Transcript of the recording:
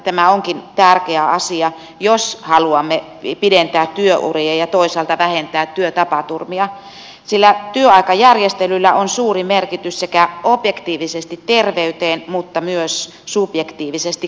tämä onkin tärkeä asia jos haluamme pidentää työuria ja toisaalta vähentää työtapaturmia sillä työaikajärjestelyillä on suuri merkitys sekä objektiivisesti terveyteen että myös subjektiivisesti koettuun työhyvinvointiin